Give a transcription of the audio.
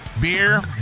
Beer